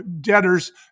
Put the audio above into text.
debtors